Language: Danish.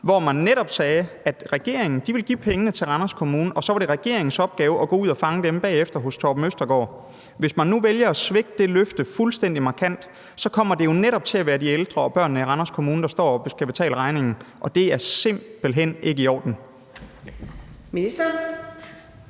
hvor man netop sagde, at regeringen ville give pengene til Randers Kommune, og så var det regeringens opgave at gå ud og fange dem bagefter hos Torben Østergaard-Nielsen. Hvis man nu vælger at svigte det løfte fuldstændig markant, kommer det jo netop til at være de ældre og børnene i Randers Kommune, der står og skal betale regningen, og det er simpelt hen ikke i orden. Kl.